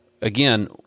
again